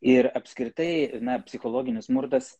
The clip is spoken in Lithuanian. ir apskritai na psichologinis smurtas